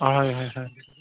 হয় হয় হয়